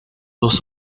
dos